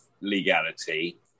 legality